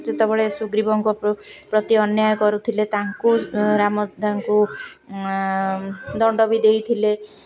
ଯେତେବେଳେ ସୁଗ୍ରୀବଙ୍କ ପ୍ରତି ଅନ୍ୟାୟ କରୁଥିଲେ ତାଙ୍କୁ ରାମ ତାଙ୍କୁ ଦଣ୍ଡ ବି ଦେଇଥିଲେ